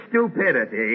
stupidity